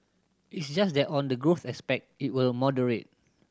it's just that on the growth aspect it will moderate